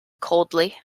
coldly